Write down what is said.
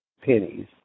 pennies